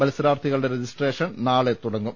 മത്സരാർഥികളുടെ registration നാളെ തുടങ്ങും